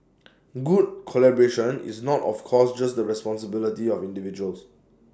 good collaboration is not of course just the responsibility of individuals